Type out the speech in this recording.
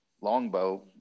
longbow